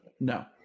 no